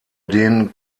den